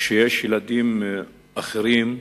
שיש ילדים אחרים,